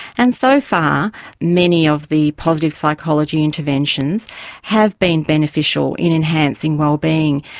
and so far many of the positive psychology interventions have been beneficial in enhancing wellbeing.